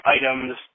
items